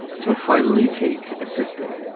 to finally take a sick day.